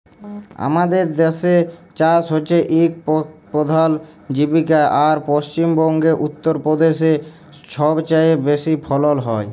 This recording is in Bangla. আমাদের দ্যাসে চাষ হছে ইক পধাল জীবিকা আর পশ্চিম বঙ্গে, উত্তর পদেশে ছবচাঁয়ে বেশি ফলল হ্যয়